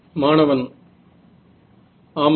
மாணவன் ஆமாம்